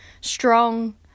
strong